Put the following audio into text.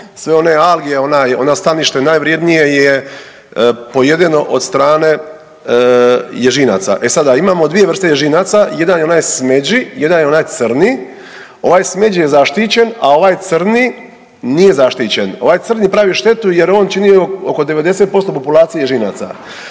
sve one alge onaj, ona stanište najvrijednije je pojedeno od strane ježinaca. E sada imamo dvije vrste ježinaca jedan je onaj smeđi, jedan je onaj crni. Ovaj smeđi je zaštićen, a ovaj crni nije zaštićen. Ovaj crni pravi štetu jer on čini oko 90% populacije ježinaca.